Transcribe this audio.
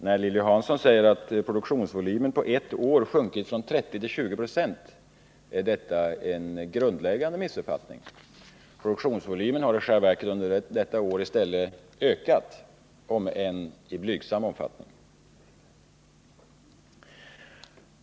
När Lilly Hansson säger att produktionsvolymen på ett år sjunkit från 30 till 20 20 är det en grundläggande missuppfattning. Produktionsvolymen har i själva verket under detta år i stället ökat — om än i blygsam omfattning.